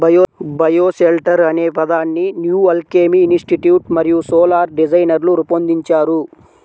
bioshelter అనే పదాన్ని New Alchemy Institute మరియు సోలార్ డిజైనర్లు రూపొందించారు